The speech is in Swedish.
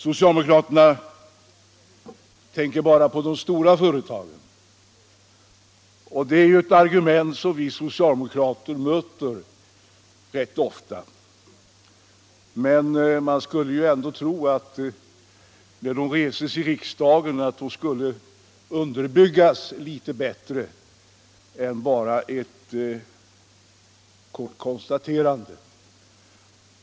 Socialdemokraterna tänker bara på de stora företagen, säger herr Fridolfsson. Det är ett argument som vi socialdemokrater rätt ofta möter. Men man skulle ändå tro att dessa argument när de förs fram i riksdagen skulle underbyggas litet bättre och inte bara få formen av ett kort konstaterande.